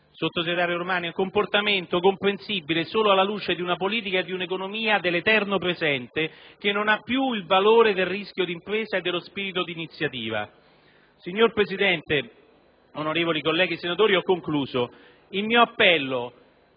sottosegretario Romani, comprensibile solo alla luce di una politica e di un'economia dell'eterno presente che non ha più il valore del rischio di impresa e dello spirito di iniziativa. Signora Presidente, onorevoli colleghi senatori, ho concluso. Il mio appello